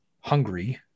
hungry